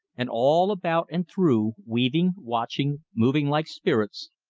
and all about and through, weaving, watching, moving like spirits,